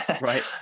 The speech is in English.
right